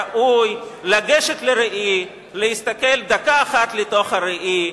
ראוי לגשת לראי, להסתכל דקה אחת לתוך הראי,